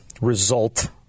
result